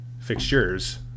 fixtures